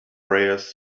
prayers